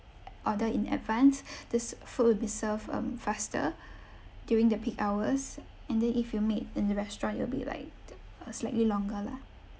order in advance this food will be served um faster during the peak hours and then if you make in the restaurant it'll be like uh slightly longer lah